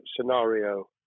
scenario